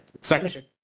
Second